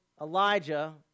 Elijah